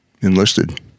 enlisted